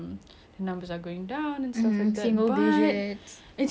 it's not gonna go down to zero we're not like vietnam or something was it vietnam